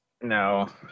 No